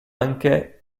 anche